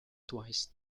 twice